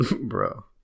bro